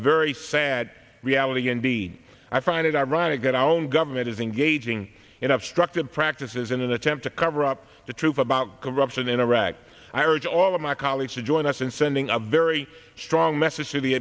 very sad reality indeed i find it ironic that our own government is engaging in obstructing practices in an attempt to cover up the truth about corruption in iraq i urge all of my colleagues to join us in sending a very strong message to the